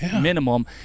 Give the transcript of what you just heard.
minimum